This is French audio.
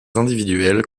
individuels